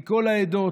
מכל העדות.